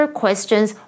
questions